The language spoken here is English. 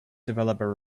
developer